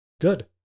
good